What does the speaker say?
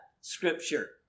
scripture